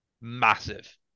massive